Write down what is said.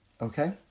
okay